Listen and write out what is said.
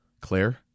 Claire